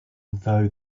though